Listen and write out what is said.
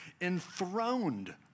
enthroned